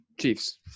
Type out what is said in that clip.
Chiefs